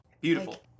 beautiful